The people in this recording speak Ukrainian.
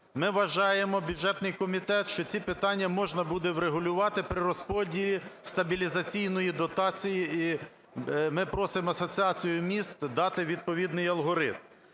ми вважаємо, бюджетний комітет, що ці питання можна буде врегулювати при розподілі стабілізаційної дотації, і ми просимо Асоціацію міст дати відповідний алгоритм.